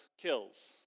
kills